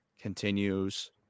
continues